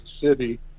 City